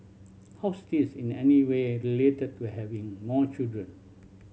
how's this in any way related to having more children